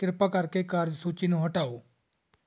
ਕਿਰਪਾ ਕਰਕੇ ਕਾਰਜ ਸੂਚੀ ਨੂੰ ਹਟਾਓ